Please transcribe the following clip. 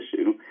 issue